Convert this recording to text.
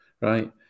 right